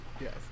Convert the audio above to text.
Yes